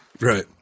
Right